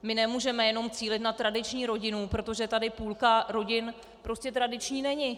My nemůžeme cílit jenom na tradiční rodinu, protože tady půlka rodin prostě tradiční není.